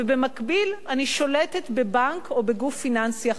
ובמקביל אני שולטת בבנק או בגוף פיננסי אחר.